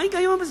מה ההיגיון הזה?